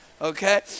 Okay